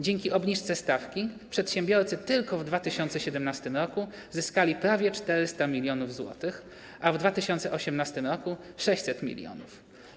Dzięki obniżce stawki przedsiębiorcy tylko w 2017 r. zyskali prawie 400 mln zł, a w 2018 r. - 600 mln.